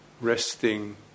Resting